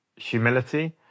humility